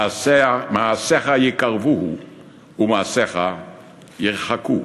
מעשיך יקרבוך ומעשיך ירחקוך.